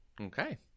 Okay